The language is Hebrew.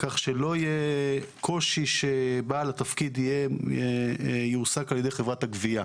כך שלא יהיה קושי שבעל התפקיד יועסק על ידי חברת הגבייה.